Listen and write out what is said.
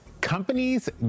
companies